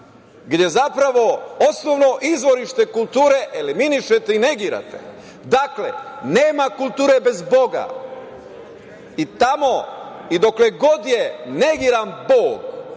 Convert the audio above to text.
gde zapravo osnovno izvorište kulture eliminišete i negirate. Dakle, nema kulture bez Boga i tamo i dokle god je negiran Bog